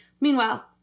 Meanwhile